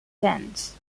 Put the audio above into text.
since